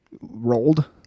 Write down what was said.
Rolled